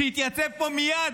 שהתייצב פה מייד,